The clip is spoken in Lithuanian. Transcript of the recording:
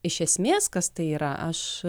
iš esmės kas tai yra aš